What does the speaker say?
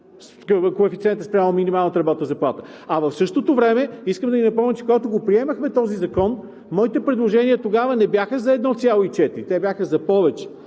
коефициента спрямо минималната работна заплата. В същото време искам да Ви напомня, че когато го приемахме този закон, моите предложения тогава не бяха за 1,4, те бяха за повече.